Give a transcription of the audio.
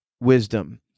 wisdom